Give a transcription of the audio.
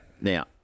Now